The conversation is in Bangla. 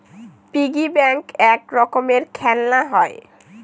পিগি ব্যাঙ্ক এক রকমের খেলনা হয়